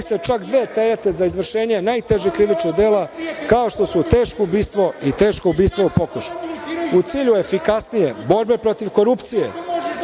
se čak dve terete za izvršenje najtežih krivičnih dela, kao što su teško ubistvu i teško ubistvo u pokušaju.U cilju efikasnije borbe protiv korupcije